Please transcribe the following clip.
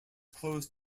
close